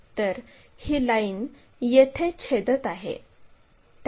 तर ही लाईन येथे छेदत आहे